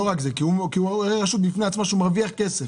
לא רק זה, כי הוא רשות בפני עצמה שהוא מרוויח כסף.